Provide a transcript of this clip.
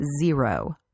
Zero